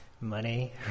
money